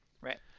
right